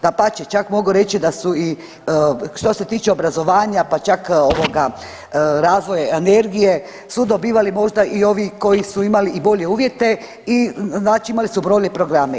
Dapače, čak mogu reći da su i što se tiče obrazovanja pa čak ovoga razvoja energije su dobivali možda i ovi koji su imali i bolje uvjete i znači imali su brojne programe.